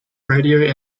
radio